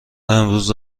امروز